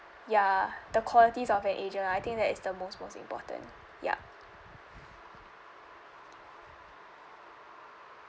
ya the qualities of an agent I think that is the most most important yup